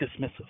dismissive